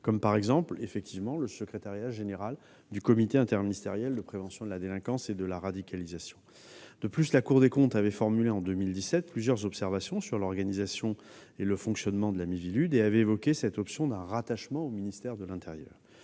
comme, effectivement, le secrétariat général du Comité interministériel de prévention de la délinquance et de la radicalisation. De plus, la Cour des comptes a formulé, en 2017, plusieurs observations sur l'organisation et le fonctionnement de la Miviludes, en évoquant l'option de son rattachement au ministère de l'intérieur.